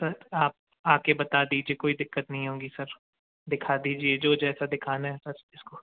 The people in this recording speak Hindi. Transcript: सर आप आ कर बता दीजिए कोई दिक्क्त नहीं होगी सर दिखा दीजिए जो जैसा दिखाना है सर जिसको